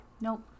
Nope